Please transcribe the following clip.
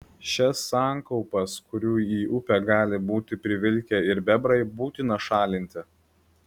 šias sankaupas kurių į upę gali būti privilkę ir bebrai būtina šalinti